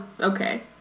okay